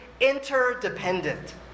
interdependent